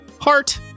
Heart